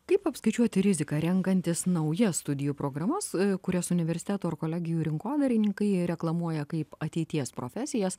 kaip apskaičiuoti riziką renkantis naujas studijų programas kurias universitetų ar kolegijų rinkodarininkai reklamuoja kaip ateities profesijas